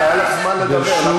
לא חשוב,